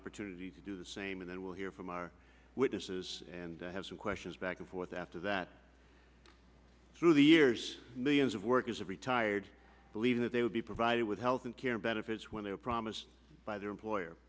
opportunity to do the same and then we'll hear from our witnesses and have some questions back and forth after that through the years millions of workers have retired believe that they will be provided with health care benefits when they are promised by their employer